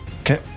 Okay